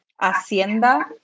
hacienda